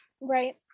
right